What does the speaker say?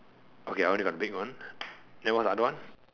okay I only got big one then what's the other one